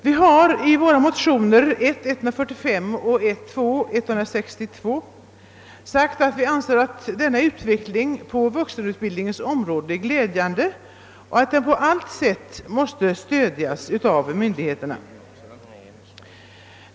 Vi har i våra motioner I1:145 och 1II:162 sagt att vi anser denna utveckling på vuxenutbildningens område glädjande och att den på allt sätt måste stödjas av myndigheterna.